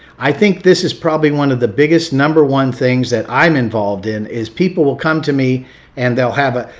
i think this is probably one of the biggest number one things that i'm involved in. is people will come to me and they'll have a,